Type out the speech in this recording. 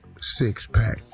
six-pack